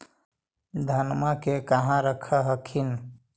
धनमा के कहा रख हखिन?